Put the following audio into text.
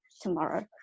tomorrow